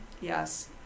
Yes